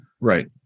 Right